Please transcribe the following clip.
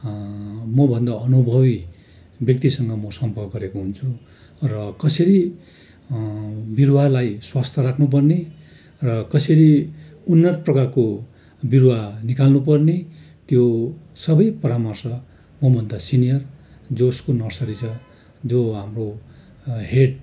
मभन्दा अनुभवी व्यक्तिसँग म सम्पर्क गरेको हुन्छु र कसरी बिरुवालाई स्वस्थ राख्नुपर्ने र कसरी उन्नत प्रकारको बिरुवा निकाल्नुपर्ने त्यो सबै परामर्श मभन्दा सिनियर जसको नर्सरी छ जो अब हेड